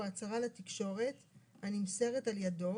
או הצהרה לתקשורת הנמסרת על ידו,